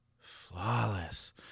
flawless